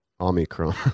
omicron